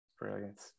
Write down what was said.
Brilliant